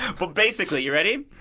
but basically. you ready?